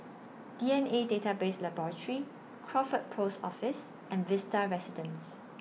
D N A Database Laboratory Crawford Post Office and Vista Residences